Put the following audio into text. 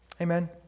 Amen